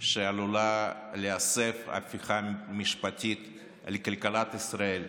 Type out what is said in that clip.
שעלולה להסב הפיכה משפטית על כלכלת ישראל,